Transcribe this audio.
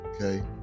okay